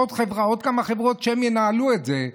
עוד כמה חברות שינהלו את זה,